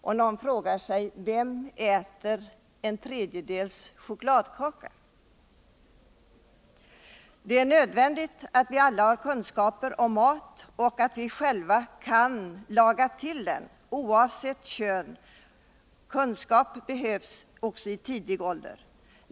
Och någon frågar säkert: Vem äter en tredjedels chokladkaka? Det är nödvändigt att vi alla har kunskaper om mat och att vi själva kan laga till den, oavsett kön. Kunskap behövs i tidig ålder.